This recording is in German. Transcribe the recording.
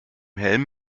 helm